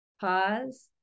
Pause